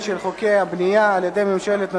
של חוקי הבנייה על-ידי ממשלת נתניהו,